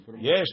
Yes